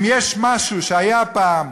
אם יש משהו שהיה פעם,